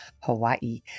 hawaii